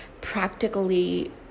practically